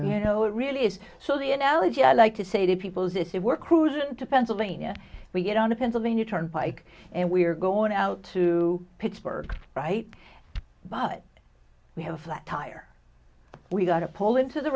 you know it really is so the analogy i like to say to people as if it were crucial to pennsylvania we get on the pennsylvania turnpike and we're going out to pittsburgh right but we have flat tire we gotta pull into the